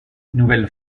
nouvelle